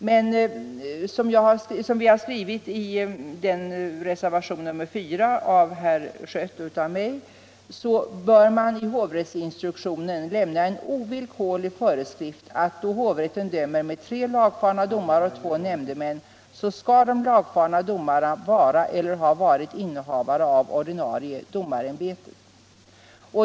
Men såsom herr Schött och jag skriver i reservationen 3 bör man i hovrättsinstruktionen lämna en ovillkorlig föreskrift, att då hovrätten dömer med tre lagfarna domare och två nämndemän skall de lagfarna domarna vara eller ha varit innehavare av ordinarie domarämbete.